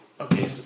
Okay